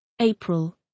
April